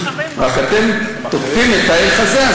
רק אתם תוקפים את הערך הזה,